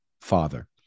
father